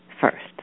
First